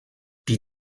die